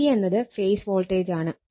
Vp എന്നത് phase വോൾട്ടേജാണ്